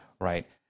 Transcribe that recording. right